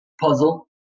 puzzle